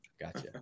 Gotcha